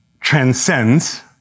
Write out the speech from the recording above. transcends